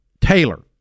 Taylor